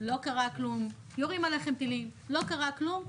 לא קרה כלום; יורים עליכם טילים לא קרה כלום.